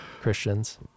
Christians